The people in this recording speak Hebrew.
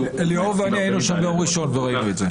ליאור ואני היינו שם ביום ראשון וראינו את זה.